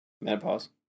Menopause